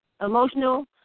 Emotional